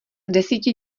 desíti